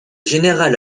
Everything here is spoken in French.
général